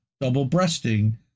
double-breasting